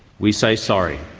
we say sorry.